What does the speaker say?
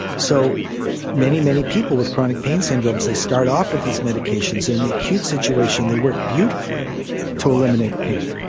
so many, many people with chronic pain syndromes, they start off with these medications, and in the acute situation they work beautifully to eliminate pain.